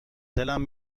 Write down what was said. دلم